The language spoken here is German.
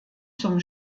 zum